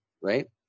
right